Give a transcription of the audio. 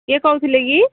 କିଏ କହୁଥିଲେ କି